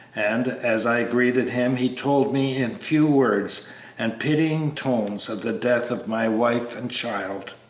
and, as i greeted him, he told me in few words and pitying tones of the death of my wife and child.